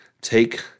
take